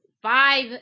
Five